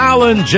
Alan